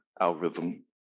algorithm